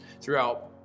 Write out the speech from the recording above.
throughout